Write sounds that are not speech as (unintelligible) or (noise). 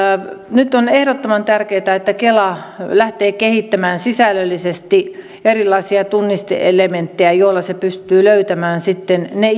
nyt on ehdottoman tärkeätä että kela lähtee kehittämään sisällöllisesti erilaisia tunniste elementtejä joilla se pystyy löytämään sitten ne (unintelligible)